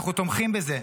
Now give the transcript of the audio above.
אנחנו תומכים בזה,